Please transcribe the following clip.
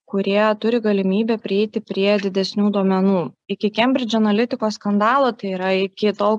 kurie turi galimybę prieiti prie didesnių duomenų iki kembridžo analitikos skandalo tai yra iki tol